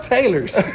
Taylors